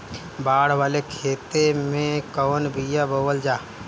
बाड़ वाले खेते मे कवन बिया बोआल जा?